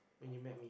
when you met me